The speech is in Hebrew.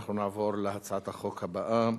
ואנחנו נעבור להצעת החוק הבאה,